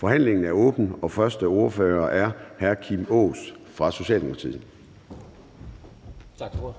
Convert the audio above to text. Socialdemokratiet. Kl. 13:50 (Ordfører) Kim Aas (S): Tak for ordet.